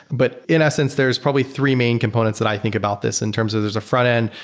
but in essence there's probably three main components that i think about this in terms of there's a frontend,